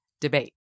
debate